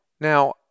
Now